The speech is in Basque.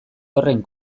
horren